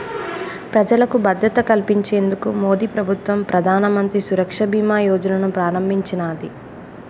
ప్రజలకు భద్రత కల్పించేందుకు మోదీప్రభుత్వం ప్రధానమంత్రి సురక్ష బీమా యోజనను ప్రారంభించినాది